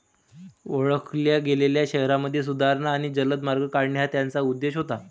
ओळखल्या गेलेल्या शहरांमध्ये सुधारणा आणि जलद मार्ग काढणे हा त्याचा उद्देश होता